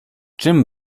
czym